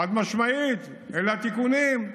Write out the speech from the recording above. חד-משמעית, אלו התיקונים,